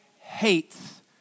hates